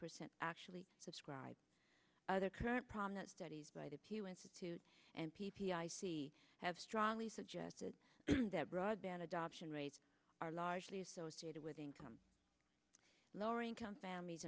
percent actually subscribe other current problem that studies by the institute and p p i c have strongly suggested that broadband adoption rates are largely associated with income lower income families